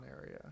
area